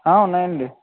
ఉన్నాయండి